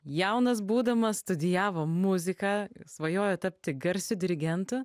jaunas būdamas studijavo muziką svajojo tapti garsiu dirigentu